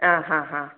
ആ ആ ആ